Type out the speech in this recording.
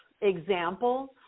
example